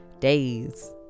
days